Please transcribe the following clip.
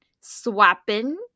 swapping